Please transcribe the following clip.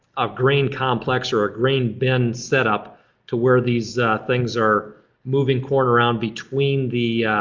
a grain complex or a grain bin setup to where these things are moving corn around between the